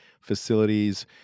facilities